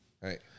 Right